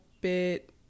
bit